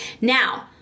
Now